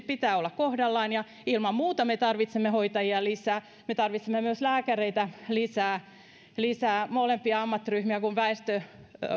pitää olla kohdallaan ja ilman muuta me tarvitsemme hoitajia lisää me tarvitsemme myös lääkäreitä lisää lisää molempia ammattiryhmiä kun väestö